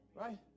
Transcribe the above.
Right